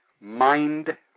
mind